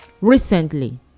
Recently